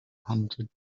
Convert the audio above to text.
hundred